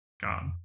God